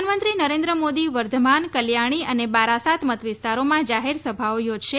પ્રધાનમંત્રી નરેન્ન મોદી વર્ધમાન કલ્યાણી અને બારાસાત મતવિસ્તારોમાં જાહેરસભાઓ યોજશે